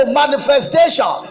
manifestation